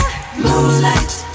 Moonlight